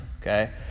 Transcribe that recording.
Okay